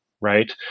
right